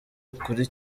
ukuri